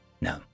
No